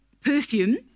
Perfume